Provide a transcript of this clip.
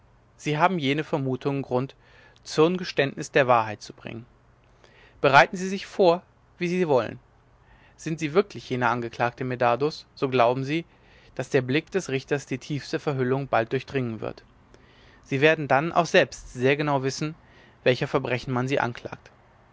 sie haben jene vermutungen grund zürn geständnis der wahrheit zu bringen bereiten sie sich vor wie sie wollen sind sie wirklich jener angeklagte medardus so glauben sie daß der blick des richters die tiefste verhüllung bald durchdringen wird sie werden dann auch selbst sehr genau wissen welcher verbrechen man sie anklagt